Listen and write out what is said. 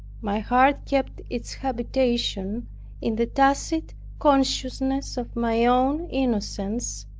my heart kept its habitation in the tacit consciousness of my own innocence,